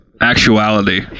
actuality